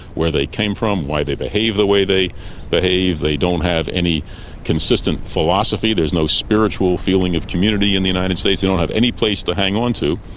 where they came from, why they behave the way they behave, they don't have any consistent philosophy, there's no spiritual feeling of community in the united states, they don't have any place to hang on to,